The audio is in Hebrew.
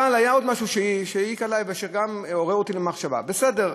אבל היה עוד משהו שהעיק עלי ושגם עורר אותי למחשבה: בסדר,